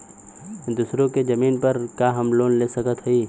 दूसरे के जमीन पर का हम लोन ले सकत हई?